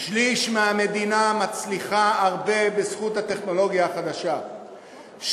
שליש מהמדינה מצליחה מאוד בזכות הטכנולוגיה החדשה,